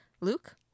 Luke